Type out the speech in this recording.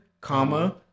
comma